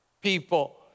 people